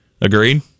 Agreed